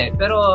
pero